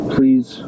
Please